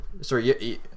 Sorry